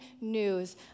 news